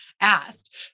asked